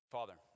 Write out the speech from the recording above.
Father